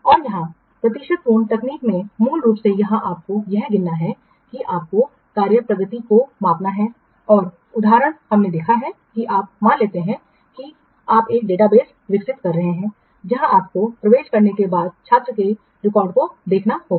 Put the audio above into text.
और यहां प्रतिशत पूर्ण तकनीक में मूल रूप से यहां आपको यहां गिनना है कि आपको कार्य प्रगति को मापना है और उदाहरण हमने देखा है कि आप मान लेते हैं कि आप एक डेटाबेस विकसित कर रहे हैं जहां आपको प्रवेश करने के बाद छात्र के रिकॉर्ड को देखना होगा